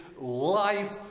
life